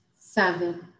seven